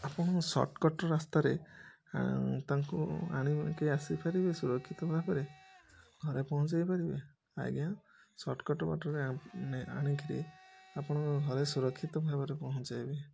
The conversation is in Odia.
ଆପଣ ସର୍ଟକର୍ଟ ରାସ୍ତାରେ ଏଁ ତାଙ୍କୁ ଆଣିକି ଆସିପାରିବେ ସୁରକ୍ଷିତ ଭାବରେ ଘରେ ପହଞ୍ଚେଇ ପାରିବେ ଆଜ୍ଞା ସର୍ଟକର୍ଟ ବାଟରେ ଆଣିକରି ଆପଣଙ୍କ ଘରେ ସୁରକ୍ଷିତ ଭାବରେ ପହଞ୍ଚାଇବି